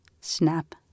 snap